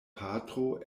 patro